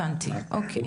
הבנתי, אוקיי.